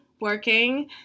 working